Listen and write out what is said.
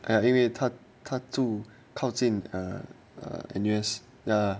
啊因为他住靠近 err err N_U_S ya